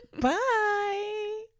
Bye